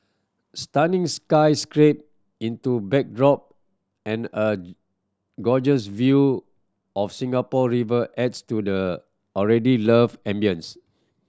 stunning sky scraper into backdrop and a gorgeous view of Singapore River adds to the already love ambience